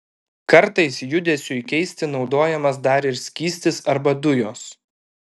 kartais judesiui keisti naudojamas dar ir skystis arba dujos